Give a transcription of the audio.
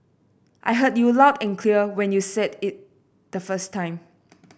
I heard you loud and clear when you said it the first time